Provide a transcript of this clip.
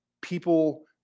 people